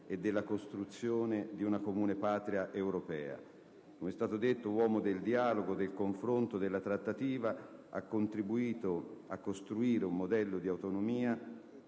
e della costruzione di una comune Patria europea. Com'è stato detto, uomo del dialogo, del confronto e della trattativa, ha contribuito a costruire un modello di autonomia